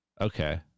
Okay